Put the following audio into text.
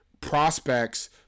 prospects